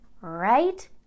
right